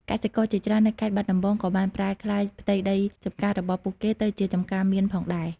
កសិករជាច្រើននៅខេត្តបាត់ដំបងក៏បានប្រែក្លាយផ្ទៃដីចម្ការរបស់ពួកគេទៅជាចម្ការមៀនផងដែរ។